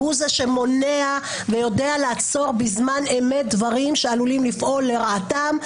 הוא זה שמונע ויודע לעצור בזמן אמת דברים שעלולים לפעול לרעתם.